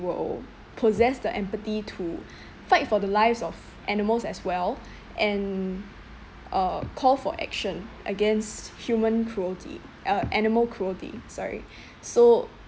will possess the empathy to fight for the lives of animals as well and uh call for action against human cruelty uh animal cruelty sorry so